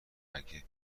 اگه